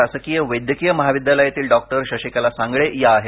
शासकीय वैद्यकीय महाविद्यालयातील डॉक्टर शशिकला सांगळे या आहेत